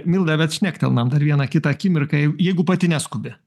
milda bet šnektelnam dar vieną kitą akimirką jei jeigu pati neskubi